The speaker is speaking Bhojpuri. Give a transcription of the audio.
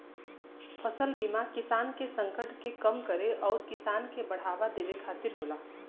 फसल बीमा किसान के संकट के कम करे आउर किसान के बढ़ावा देवे खातिर होला